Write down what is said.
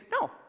no